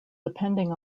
depending